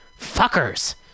Fuckers